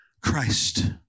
Christ